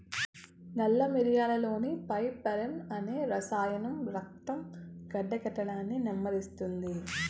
నల్ల మిరియాలులోని పైపెరిన్ అనే రసాయనం రక్తం గడ్డకట్టడాన్ని నెమ్మదిస్తుంది